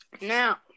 Now